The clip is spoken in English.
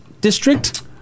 district